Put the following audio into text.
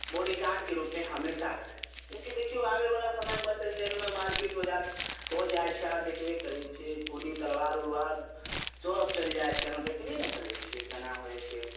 बॉडीगार्डके रूपमे हमेशा रहै किएकि देखियौ आबै बला समयमे बस स्टैण्डमे मारपीट हो जाइ छै अहाँ देखबे करै छियै खूनी तलवार उलवार सभ चलि जाइ छै अहाँ देखबे ने करै छियै केना होइ छै